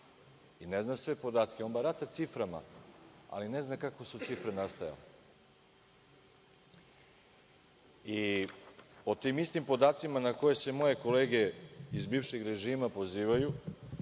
i ne zna sve podatke. On barata ciframa, ali ne zna kako su cifre nastajale. Po tim istim podacima na koje se moje kolege iz bivšeg režima pozivaju,